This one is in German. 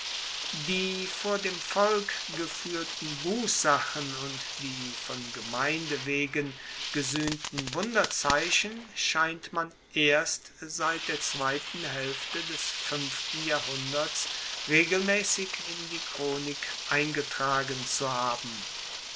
die vor dem volk gefuehrten busssachen und die von gemeinde wegen gesuehnten wunderzeichen scheint man erst seit der zweiten haelfte des fuenften jahrhunderts regelmaessig in die chronik eingetragen zu haben